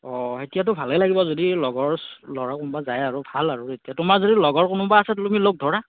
অ এতিয়াতো ভালে লাগিব যদি লগৰ ল'ৰা কোনোবা যায় আৰু ভাল আৰু তোমাৰ যদি লগৰ কোনোবা আছে তুমি লগ ধৰা